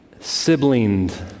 siblinged